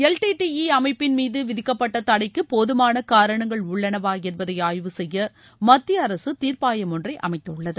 L T T E அமைப்பின் மீது விதிக்கப்பட்ட தடைக்கு போதுமான காரணங்கள் உள்ளனவா என்பதை ஆய்வு செய்ய மத்திய அரசு தீர்ப்பாயம் ஒன்றை அமைத்துள்ளது